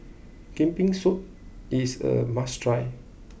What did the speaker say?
Kambing Soup is a must try